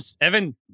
Evan